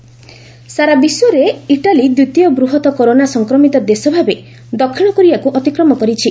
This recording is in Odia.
ଇଟାଲୀ କରୋନା ସାରା ବିଶ୍ୱରେ ଇଟାଲୀ ଦ୍ୱିତୀୟ ବୂହତ୍ କରୋନା ସଂକ୍ରମିତ ଦେଶ ଭାବରେ ଦକ୍ଷିଣ କୋରିଆକୁ ଅତିକ୍ରମ କରିଛି